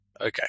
okay